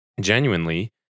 Genuinely